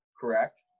Correct